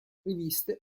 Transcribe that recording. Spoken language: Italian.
riviste